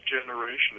generation